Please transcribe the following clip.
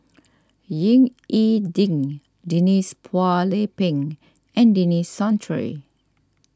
Ying E Ding Denise Phua Lay Peng and Denis Santry